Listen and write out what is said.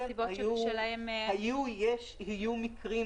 היו מקרים